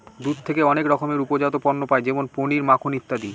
দুধ থেকে অনেক রকমের উপজাত পণ্য পায় যেমন পনির, মাখন ইত্যাদি